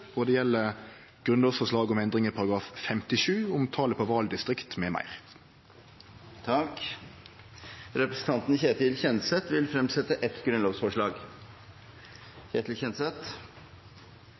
og det gjeld grunnlovsforslag om endring i § 57, om talet på valdistrikt m.m. Representanten Ketil Kjenseth vil fremsette et grunnlovsforslag.